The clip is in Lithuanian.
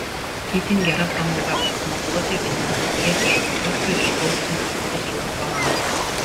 itin gera pramoga pasinaudoti venecijietišku uostu ir išplaukti nardyti su akvalangu